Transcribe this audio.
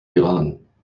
iran